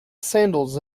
sandals